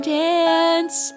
dance